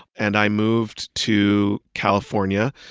and i moved to california,